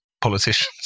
politicians